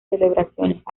celebraciones